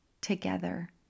together